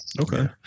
Okay